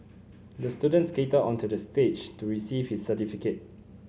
the student skated onto the stage to receive his certificate